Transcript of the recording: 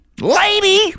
Lady